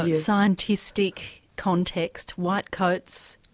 ah scientistic context white coats,